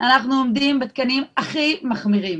אנחנו עומדים בתקנים הכי מחמירים